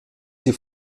sie